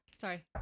sorry